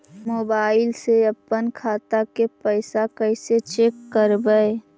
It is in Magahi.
मोबाईल से अपन खाता के पैसा कैसे चेक करबई?